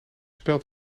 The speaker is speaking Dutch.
speld